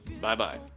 Bye-bye